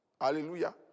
Hallelujah